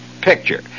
picture